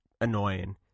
annoying